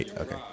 Okay